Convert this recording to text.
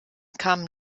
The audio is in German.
kamen